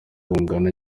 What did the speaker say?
bungana